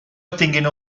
obtinguen